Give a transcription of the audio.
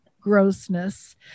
grossness